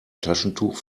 taschentuch